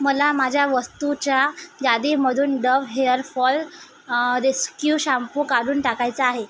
मला माझ्या वस्तूच्या यादीमधून डव्ह हेअरफॉल रेस्क्यू शाम्पू काढून टाकायचा आहे